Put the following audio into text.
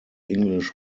english